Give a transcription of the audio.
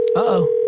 oh,